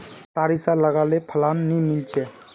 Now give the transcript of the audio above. सारिसा लगाले फलान नि मीलचे?